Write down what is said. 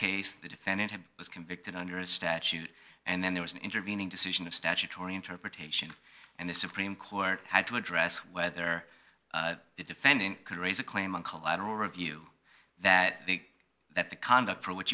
case the defendant had was convicted under a statute and then there was an intervening decision of statutory interpretation and the supreme court had to address whether the defendant could raise a claim on collateral review that that the conduct for wh